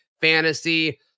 fantasy